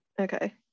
Okay